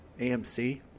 AMC